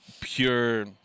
pure